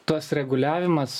tas reguliavimas